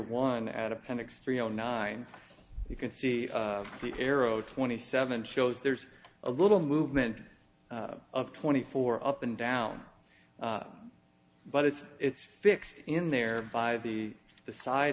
one at appendix three zero nine you can see the arrow twenty seven shows there's a little movement of twenty four up and down but it's it's fixed in there by the the side